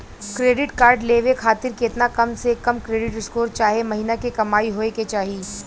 Credit card लेवे खातिर केतना कम से कम क्रेडिट स्कोर चाहे महीना के कमाई होए के चाही?